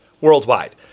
worldwide